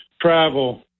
Travel